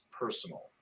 personal